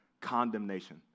condemnation